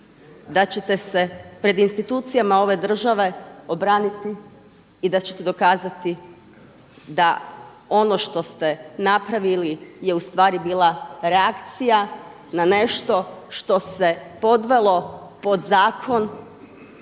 da ćete se pred institucijama ove države obraniti i da ćete dokazati da ono što ste napravili je ustvari bila reakcija ne nešto što se podvelo pod zakon